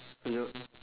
so your